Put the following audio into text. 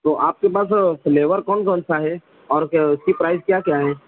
تو آپ کے پاس فلیور کون کون سا ہے اور کیا اس کی پرائز کیا کیا ہے